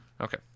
Okay